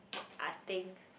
I think